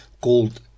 called